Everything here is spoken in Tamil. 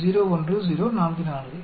01044